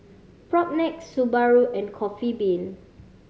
Propnex Subaru and Coffee Bean